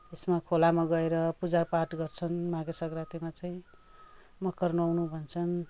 यसमा खोलामा गएर पूजा पाठ गर्छन् माघे संक्रान्तिमा चाहिँ मकर नुहाउनु भन्छन्